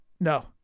no